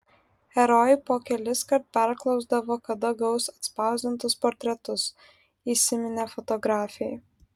herojai po keliskart perklausdavo kada gaus atspausdintus portretus įsiminė fotografei